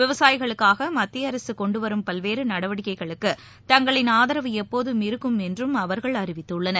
விவசாயிகளுக்காக மத்திய அரசு மேற்கொண்டு வரும் பல்வேறு நடவடிக்கைகளுக்கு தங்களின் ஆதரவு எப்போதும் இருக்கும் என்றும் அவர்கள் அறிவித்துள்ளனர்